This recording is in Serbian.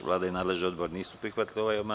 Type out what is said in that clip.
Vlada i nadležni odbor nisu prihvatili ovaj amandman.